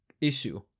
issue